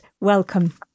Welcome